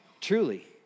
Truly